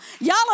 Y'all